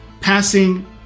passing